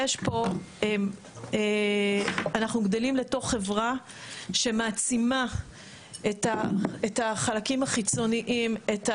אנחנו גדלים לתוך חברה שמעצימה את החלקים החיצוניים,